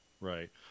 right